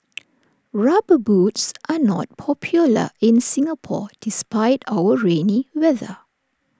rubber boots are not popular in Singapore despite our rainy weather